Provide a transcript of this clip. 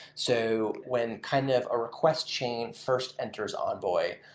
so when kind of a request chain first enters envoy,